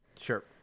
Sure